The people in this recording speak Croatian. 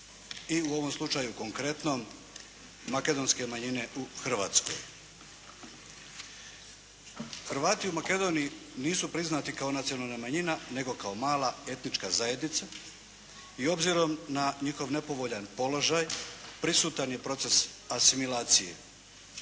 i u ovom slučaju konkretnom makedonske manjine u Hrvatskoj. Hrvati u Makedoniji nisu priznati kao nacionalna manjina nego kao mala etnička zajednica i obzirom na njihov nepovoljan položaj prisutan je proces asimilacije.